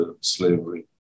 slavery